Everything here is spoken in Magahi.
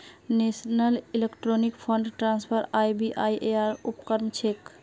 national electronic fund transfer RBI ऐर उपक्रम छेक